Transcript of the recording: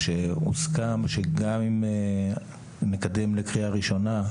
שהוסכם שגם אם נקדם לקריאה ראשונה,